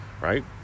Right